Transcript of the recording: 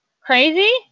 crazy